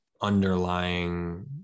underlying